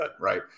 right